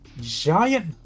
giant